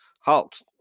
halt